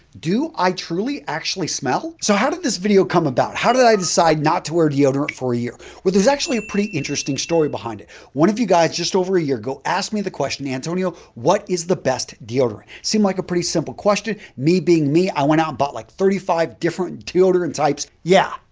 do i truly actually smell? so, how did this video come about? how did i decide not to wear deodorant for a year? well, there's actually a pretty interesting story behind it. one of you guys just over a year ago asked me the question, antonio, what is the best deodorant? it seemed like a pretty simple question. me, being me, i went out and bought like thirty five different deodorant types. yeah,